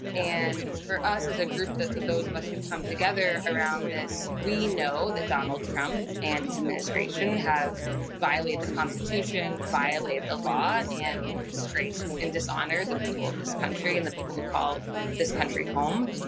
and for us as a group, that that those of us who've come together around this, we know that donald trump and his administration have violated the constitution, violated the law and disgraced and dishonored the people of this country. and the people who call this country home.